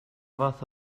fath